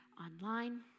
online